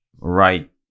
right